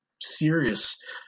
serious